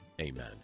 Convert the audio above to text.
Amen